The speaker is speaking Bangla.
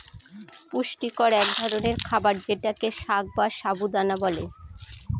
পুষ্টিকর এক ধরনের খাবার যেটাকে সাগ বা সাবু দানা বলে